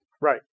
right